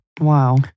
wow